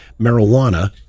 marijuana